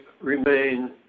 remain